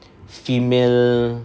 female